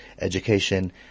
Education